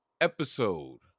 episode